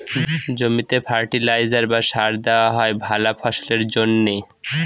জমিতে ফার্টিলাইজার বা সার দেওয়া হয় ভালা ফসলের জন্যে